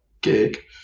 gig